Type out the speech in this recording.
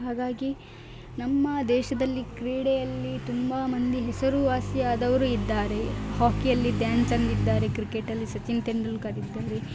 ಹಾಗಾಗಿ ನಮ್ಮ ದೇಶದಲ್ಲಿ ಕ್ರೀಡೆಯಲ್ಲಿ ತುಂಬ ಮಂದಿ ಹೆಸರುವಾಸಿಯಾದವರು ಇದ್ದಾರೆ ಹಾಕಿಯಲ್ಲಿ ಧ್ಯಾನ್ ಚಂದ್ ಇದ್ದಾರೆ ಕ್ರಿಕೆಟಲ್ಲಿ ಸಚಿನ್ ತೆಂಡೂಲ್ಕರ್ ಇದ್ದಾರೆ